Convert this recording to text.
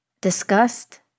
disgust